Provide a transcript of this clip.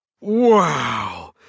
Wow